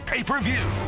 Pay-Per-View